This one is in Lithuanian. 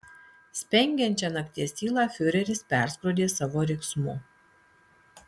spengiančią nakties tylą fiureris perskrodė savo riksmu